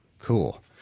Cool